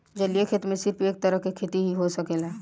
जलीय खेती में सिर्फ एक तरह के खेती ही हो सकेला